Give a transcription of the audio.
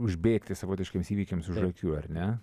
užbėgti savotiškiems įvykiams už akių ar ne